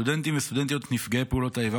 סטודנטים וסטודנטיות נפגעי פעולות האיבה